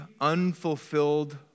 unfulfilled